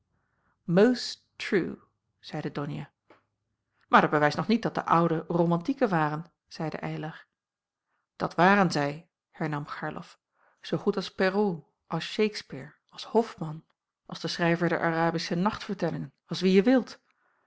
zeide donia maar dat bewijst nog niet dat de ouden romantieken waren zeide eylar dat waren zij hernam gerlof zoo goed als perrault als shakspere als hoffman als de schrijver der arabische nachtvertellingen als wie je wilt